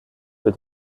für